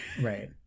right